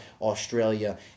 Australia